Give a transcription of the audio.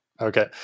okay